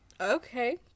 Okay